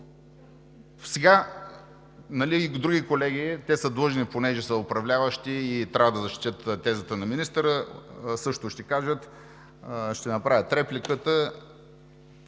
Сега и други колеги са длъжни, понеже са управляващи и трябва да защитят тезата на министъра, също ще направят реплика